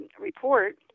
report